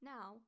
Now